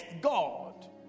God